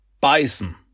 Bison